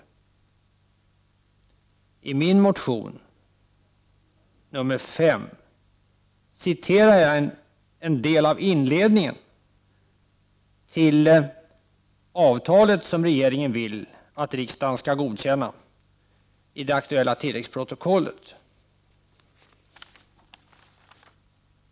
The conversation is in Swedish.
I min motion 5 citerar jag en del av inledningen till det avtal som regeringen vill att riksdagen skall godkänna i det aktuella tilläggsprotokollet.